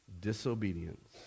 disobedience